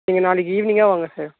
நீங்கள் நாளைக்கு ஈவினிங்காக வாங்க சார்